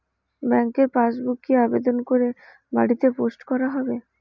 ব্যাংকের পাসবুক কি আবেদন করে বাড়িতে পোস্ট করা হবে?